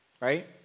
right